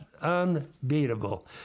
unbeatable